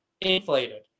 inflated